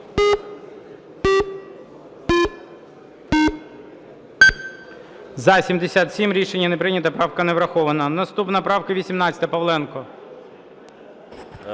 За-64 Рішення не прийнято. Правка не врахована. Наступна правка 146. Гнатенко.